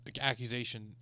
accusation